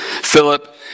Philip